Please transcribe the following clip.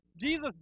Jesus